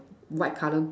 white colour